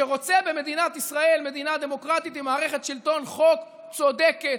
שרוצה במדינת ישראל מדינה דמוקרטית עם מערכת שלטון חוק צודקת,